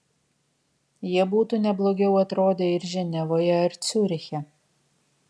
jie būtų ne blogiau atrodę ir ženevoje ar ciuriche